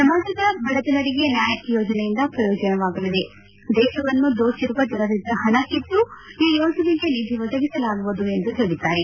ಸಮಾಜದ ಬಡಜನರಿಗೆ ನ್ಗಾಯ್ ಯೋಜನೆಯಿಂದ ಪ್ರಯೋಜನವಾಗಲಿದೆ ದೇಶವನ್ನು ದೋಚಿರುವ ಜನರಿಂದ ಹಣಕಿತ್ತು ಈ ಯೋಜನೆಗೆ ನಿಧಿ ಒದಗಿಸಲಾಗುವುದು ಎಂದು ಹೇಳಿದ್ದಾರೆ